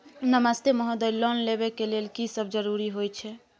नमस्ते महोदय, लोन लेबै के लेल की सब जरुरी होय छै?